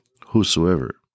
Whosoever